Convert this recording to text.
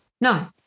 No